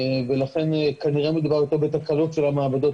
ולכן כנראה מדובר בתקלות של המעבדות,